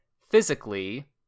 physically